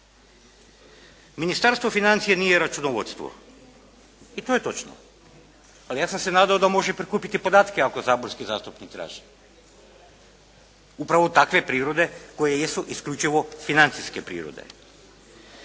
Ministarstvo financija nije računovodstvo i to je točno, ali ja sam se nadao da može prikupiti podatke ako saborski zastupnik traži. Upravo takve prirode koje jesu isključivo financijske prirode.